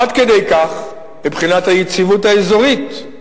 עד כדי כך, מבחינת היציבות האזורית,